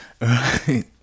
right